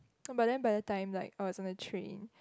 some but then but the time like I was in a train